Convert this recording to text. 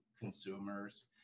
consumers